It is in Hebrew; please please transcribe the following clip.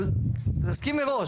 אבל נסכים מראש,